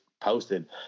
posted